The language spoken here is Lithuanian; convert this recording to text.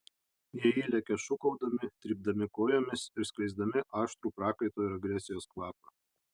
jie įlekia šūkaudami trypdami kojomis ir skleisdami aštrų prakaito ir agresijos kvapą